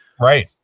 Right